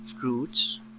fruits